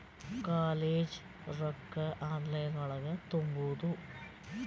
College ರೊಕ್ಕ online ಒಳಗ ತುಂಬುದು?